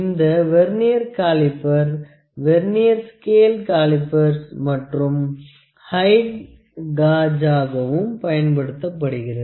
இந்த vernier caliper vernier scale calipers மற்றும் height காஜாகவும் பயன்படுத்தப்படுகிறது